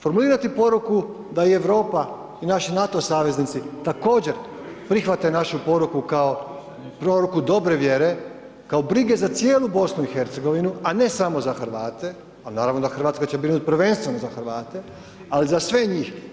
Formulirati poruku da i Europa i naši NATO saveznici također prihvate našu poruku kao poruku dobre vjere, kao brige za cijelu BIH, a ne samo za Hrvate, a naravno da će Hrvatska brinuti prvenstveno za Hrvate, ali za sve njih.